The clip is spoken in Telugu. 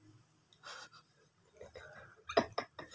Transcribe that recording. నదెప్ కంపోస్టు ఎలా తయారు చేస్తారు? దాని వల్ల లాభాలు ఏంటి?